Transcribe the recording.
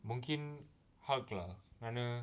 mungkin hulk lah kerana